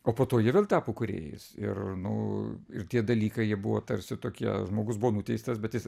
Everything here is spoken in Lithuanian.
o po to jie vėl tapo kūrėjais ir nu ir tie dalykai ji buvo tarsi tokie žmogus buvo nuteistas bet jis